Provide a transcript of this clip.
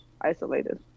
isolated